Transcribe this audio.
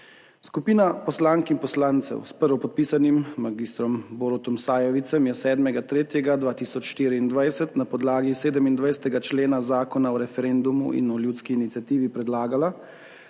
Skupina poslank in poslancev s prvopodpisanim magistrom Borutom Sajovicem je 7. 3. 2024 na podlagi 27. člena Zakona o referendumu in o ljudski iniciativi predlagala,